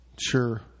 Sure